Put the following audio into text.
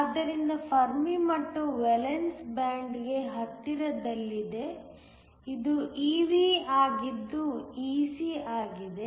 ಆದ್ದರಿಂದ ಫೆರ್ಮಿ ಮಟ್ಟವು valence band ಗೆ ಹತ್ತಿರದಲ್ಲಿದೆ ಇದು EV ಆಗಿದ್ದು EC ಆಗಿದೆ